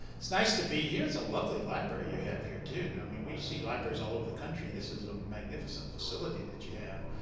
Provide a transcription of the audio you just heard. it's nice to be here. it's a lovely library you have here too. i mean, we see libraries all over the country and this is a magnificent facility that you have.